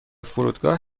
فرودگاه